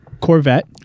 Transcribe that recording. Corvette